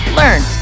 learn